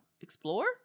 explore